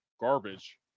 garbage